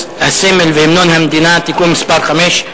הסמל והמנון המדינה (תיקון מס' 5),